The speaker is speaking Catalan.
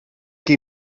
qui